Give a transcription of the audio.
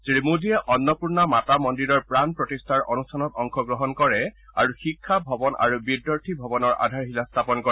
শ্ৰীমোদীয়ে অন্নপূৰ্ণা মাতা মন্দিৰৰ প্ৰাণ প্ৰতিষ্ঠাৰ অনুষ্ঠানত অংশগ্ৰহণ কৰে আৰু শিক্ষা ভৱন আৰু বিদ্যাৰ্থী ভৱনৰ আধাৰশিলা স্থাপন কৰে